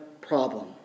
problem